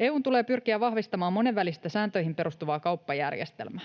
EU:n tulee pyrkiä vahvistamaan monenvälistä sääntöihin perustuvaa kauppajärjestelmää.